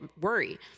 worry